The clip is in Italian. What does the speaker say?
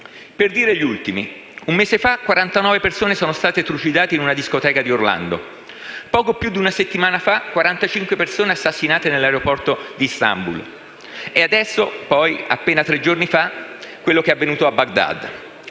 Per dire gli ultimi: un mese fa 49 persone sono state trucidate in una discoteca di Orlando; poco più di una settimana fa 45 persone assassinate nell'aeroporto di Istanbul e ora, appena tre giorni fa, quello che è accaduto a Baghdad.